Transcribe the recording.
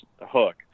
hook